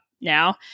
now